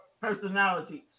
personalities